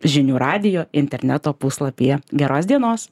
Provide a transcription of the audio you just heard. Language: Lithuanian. žinių radijo interneto puslapyje geros dienos